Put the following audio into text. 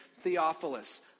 Theophilus